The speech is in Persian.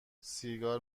سیگار